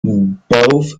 both